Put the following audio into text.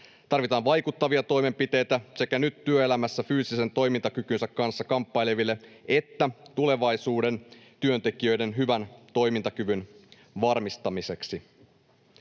Tarvitaan vaikuttavia toimenpiteitä sekä nyt työelämässä fyysisen toimintakykynsä kanssa kamppaileville että tulevaisuuden työntekijöiden hyvän toimintakyvyn varmistamiseksi.